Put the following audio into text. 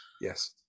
Yes